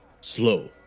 slow